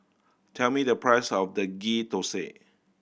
tell me the price of the Ghee Thosai